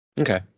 Okay